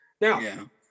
Now